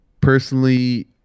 personally